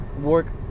work